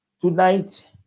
tonight